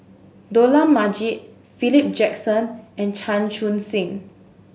Dollah Majid Philip Jackson and Chan Chun Sing